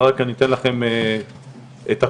רק אני אתן לכם את הכותרות,